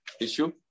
issue